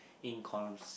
in